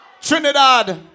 Trinidad